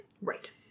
Right